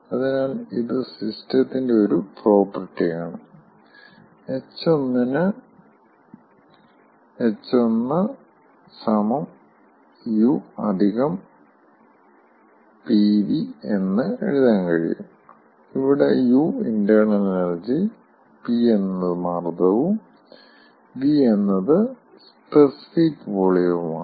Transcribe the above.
അതിനാൽ ഇത് സിസ്റ്റത്തിന്റെ ഒരു പ്രോപ്പർട്ടി ആണ് h1 ന് h1 u pv എന്ന് എഴുതാൻ കഴിയും ഇവിടെ u ഇൻ്റേണൽ എനർജി p എന്നത് മർദ്ദവും v എന്നത് സ്പെസിഫിക് വോളിയവുമാണ്